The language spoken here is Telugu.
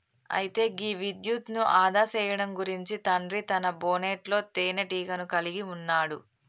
అయితే గీ విద్యుత్ను ఆదా సేయడం గురించి తండ్రి తన బోనెట్లో తీనేటీగను కలిగి ఉన్నాడు